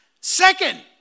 Second